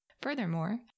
Furthermore